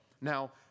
Now